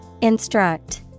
Instruct